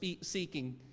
seeking